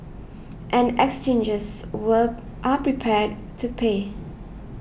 and exchanges were are prepared to pay